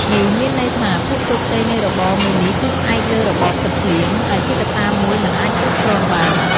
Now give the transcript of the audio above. នេះមានន័យថា ភាពជោគជ័យនៃរបរមួយនេះគឺផ្អែកលើរបបទឹកភ្លៀង ដែលជាកត្តាមួយមិនអាចគ្រប់គ្រងបាន។